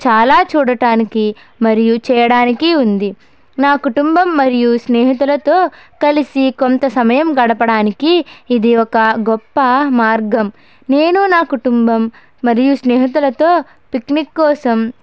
చాలా చూడటానికి మరియు చేయడానికి ఉంది నా కుటుంబం మరియు స్నేహితులతో కలిసి కొంత సమయం గడపడానికి ఇది ఒక గొప్ప మార్గం నేను నా కుటుంబం మరియు స్నేహితులతో పిక్నిక్ కోసం